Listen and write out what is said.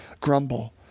grumble